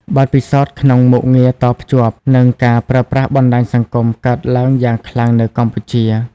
បទពិសោធន៍ក្នុងមុខងារតភ្ជាប់ និងការប្រើប្រាស់បណ្តាញសង្គមកើតឡើងយ៉ាងខ្លាំងនៅកម្ពុជា។